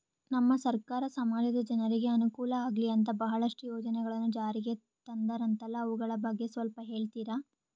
ನಮ್ಮ ಸರ್ಕಾರ ಸಮಾಜದ ಜನರಿಗೆ ಅನುಕೂಲ ಆಗ್ಲಿ ಅಂತ ಬಹಳಷ್ಟು ಯೋಜನೆಗಳನ್ನು ಜಾರಿಗೆ ತಂದರಂತಲ್ಲ ಅವುಗಳ ಬಗ್ಗೆ ಸ್ವಲ್ಪ ಹೇಳಿತೀರಾ?